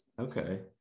Okay